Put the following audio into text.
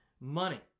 money